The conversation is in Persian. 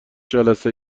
جلسه